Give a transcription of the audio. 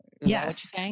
yes